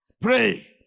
Pray